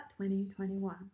2021